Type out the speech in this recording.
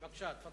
הכותרת היא